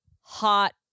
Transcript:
hot